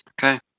Okay